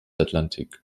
atlantik